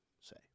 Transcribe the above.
say